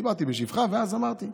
דיברתי בשבחה, ואז אמרתי: